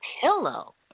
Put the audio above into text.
pillow